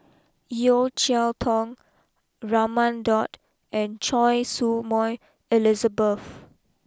Yeo Cheow Tong Raman Daud and Choy Su Moi Elizabeth